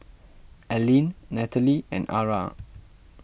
Allene Nataly and Arah